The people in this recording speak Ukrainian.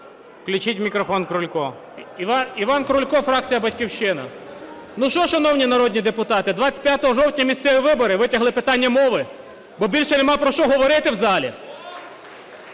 Включіть мікрофон Крульку. 13:17:31 КРУЛЬКО І.І. Іван Крулько, фракція "Батьківщина". Ну що, шановні народні депутати, 25 жовтня місцеві вибори, витягли питання мови? Бо більше немає про що говорити в залі?